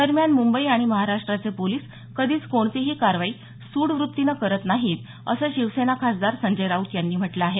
दरम्यान मुंबई आणि महाराष्ट्राचे पोलीस कधीच कोणतीही कारवाई सूड वृत्तीनं करत नाहीत असं शिवसेना खासदार संजय राऊत यांनी म्हटलं आहे